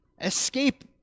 escape